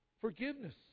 forgiveness